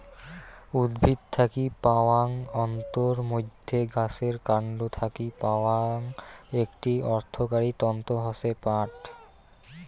উদ্ভিদ থাকি পাওয়াং তন্তুর মইধ্যে গাছের কান্ড থাকি পাওয়াং একটি অর্থকরী তন্তু হসে পাট